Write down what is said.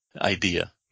idea